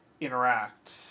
interact